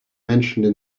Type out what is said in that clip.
mentioned